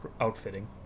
outfitting